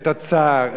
את הצער,